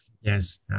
Yes